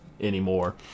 anymore